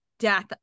death